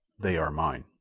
they are mine.